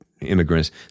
immigrants